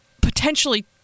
potentially